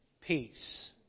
peace